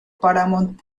paramount